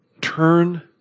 Turn